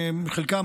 שחלקם,